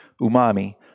umami